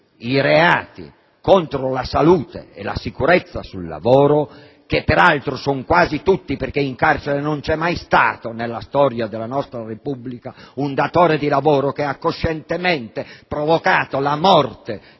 i reati contro la salute e la sicurezza sul lavoro. Tra l'altro in carcere non vi è mai stato, nella storia della nostra Repubblica, un datore di lavoro che ha coscientemente provocato la morte di lavoratori,